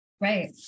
Right